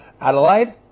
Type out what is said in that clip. Adelaide